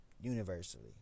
universally